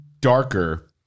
darker